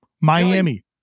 Miami